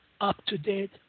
up-to-date